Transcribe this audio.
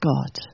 God